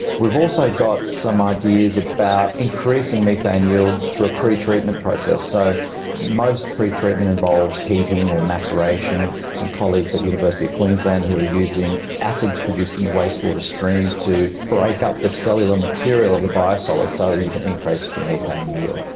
we've also got some ideas about increasing methane yield through a pre-treatment process. so most pre-treatment involves heating or maceration. some colleagues at the university of queensland who are using acids produced in the wastewater stream to break up the cellular material of the bio-solids so that you can increase the methane yield.